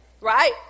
Right